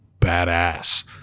badass